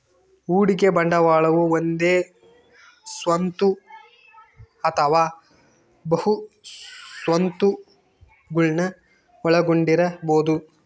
ಹೂಡಿಕೆ ಬಂಡವಾಳವು ಒಂದೇ ಸ್ವತ್ತು ಅಥವಾ ಬಹು ಸ್ವತ್ತುಗುಳ್ನ ಒಳಗೊಂಡಿರಬೊದು